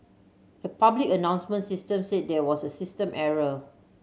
the public announcement system said there was a system error